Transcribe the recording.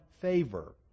favor